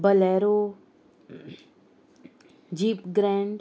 Bolero jeep grand